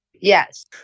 Yes